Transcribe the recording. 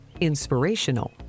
inspirational